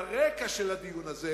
ברקע של הדיון הזה